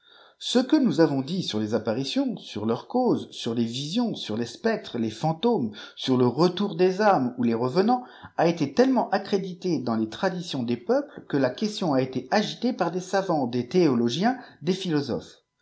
ce que nous avons dit sur les apparitions sur leurs causes sur les visions sur les spectres les fantômes sur le retour des âmes ou les revenants a été tellement accrédité dans les tradtiions des peuples que la question a été agitée par des savants des théologiens des philosophes